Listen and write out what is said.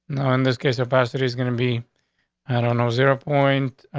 no, in this case, capacity is gonna be i don't know, zero point. ah,